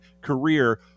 career